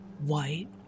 white